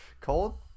cold